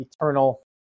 eternal